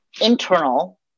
internal